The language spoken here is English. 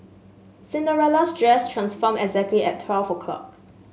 Cinderella's dress transformed exactly at twelve o'clock